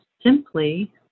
simply